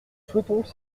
souhaitons